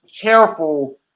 careful